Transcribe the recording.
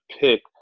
pick